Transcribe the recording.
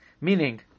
Meaning